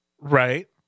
Right